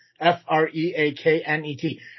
F-R-E-A-K-N-E-T